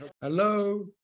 Hello